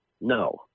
No